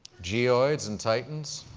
geoids and titans,